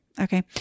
Okay